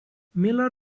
miller